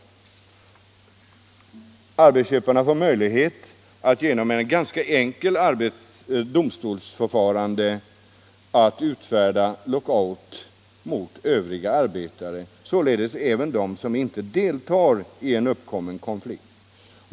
Arbetsköparna får möjlighet att genom ett ganska enkelt domstolsförfarande utfärda lockout mot övriga arbetare, således även mot dem som inte deltar i en uppkommen konflikt.